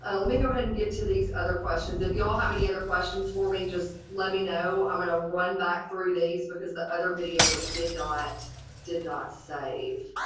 ah let me go ahead and get to these other questions. if you all have any other questions for me, just let me know. i'm gonna run back three days because the other video did not did not save.